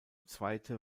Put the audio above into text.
zweite